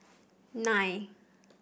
nine